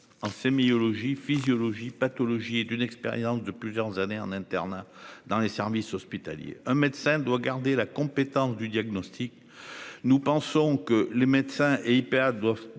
en sémiologie Physiologie Pathologie et d'une expérience de plusieurs années en internat dans les services hospitaliers, un médecin doit garder la compétence du diagnostic. Nous pensons que les médecins, et ils perdent